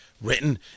written